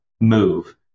move